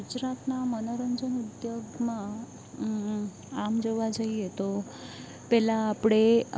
ગુજરાતના મનોરંજન ઉદ્યોગમાં આમ જોવા જઈએ તો પહેલાં આપણે